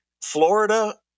Florida